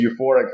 euphoric